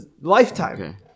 Lifetime